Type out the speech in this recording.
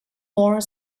more